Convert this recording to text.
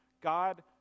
God